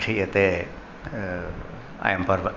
मूलरूपेण अनुष्ठीयते अयं पर्वम्